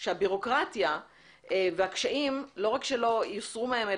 שהבירוקרטיה והקשיים לא רק שלא יוסרו מהם,